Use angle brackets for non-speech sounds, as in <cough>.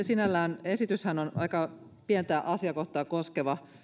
<unintelligible> sinällään tämä esityshän on aika pientä asiakohtaa